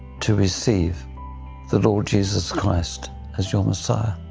to receive the lord jesus christ as your messiah?